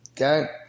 Okay